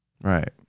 right